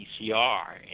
PCR